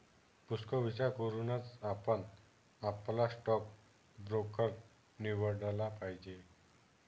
पुष्कळ विचार करूनच आपण आपला स्टॉक ब्रोकर निवडला पाहिजे